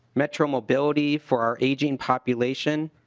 metro mobility for our aging population.